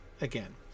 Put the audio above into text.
again